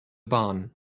barn